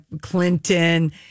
Clinton